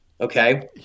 Okay